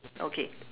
okay